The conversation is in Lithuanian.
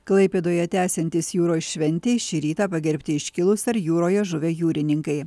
klaipėdoje tęsiantis jūros šventei šį rytą pagerbti iškilūs ar jūroje žuvę jūrininkai